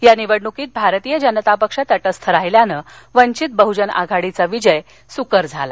या निवडणुकीत भारतीय जनता पक्ष तटस्थ राहिल्यानं वंचित बह्जन आघाडीचा विजय सुकर झाला